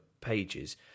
pages